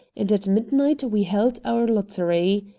and at midnight we held our lottery.